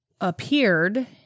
appeared